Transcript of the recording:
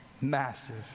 massive